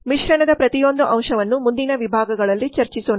ಮಿಶ್ರಣದ ಪ್ರತಿಯೊಂದು ಅಂಶವನ್ನು ಮುಂದಿನ ವಿಭಾಗಗಳಲ್ಲಿ ಚರ್ಚಿಸೋಣ